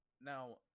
Now